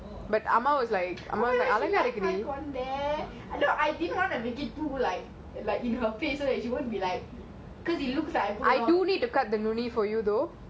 oh my god she like my கொண்ட:konda you I know I didn't want to make it too like like in her face so she won't be like cuz it looks like I pull it